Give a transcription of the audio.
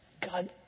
God